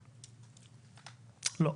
לא.